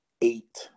eight